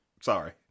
Sorry